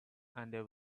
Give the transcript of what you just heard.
and